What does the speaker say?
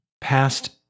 past